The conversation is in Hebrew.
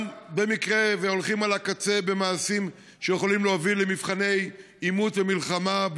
גם במקרה שהולכים על הקצה במעשים שיכולים להוביל למבחני עימות ומלחמה,